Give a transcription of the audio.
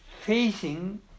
facing